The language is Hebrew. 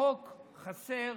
חסר